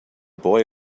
boy